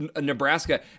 Nebraska